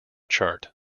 chart